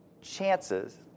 chances